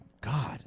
God